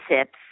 sips